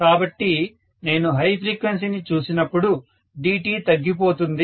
కాబట్టి నేను హై ఫ్రీక్వెన్సీని చూసినప్పుడు dt తగ్గిపోతుంది